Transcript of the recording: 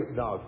no